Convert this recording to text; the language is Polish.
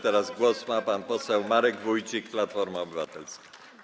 Teraz głos ma pan poseł Marek Wójcik, Platforma Obywatelska.